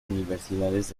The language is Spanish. universidades